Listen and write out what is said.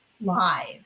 live